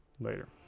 later